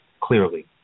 Clearly